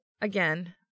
again